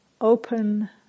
open